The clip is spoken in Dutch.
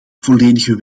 volledige